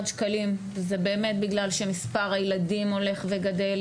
שקלים זה בגלל שמספר הילדים הולך וגדל,